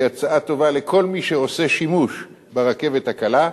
היא הצעה טובה לכל מי שעושה שימוש ברכבת הקלה.